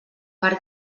per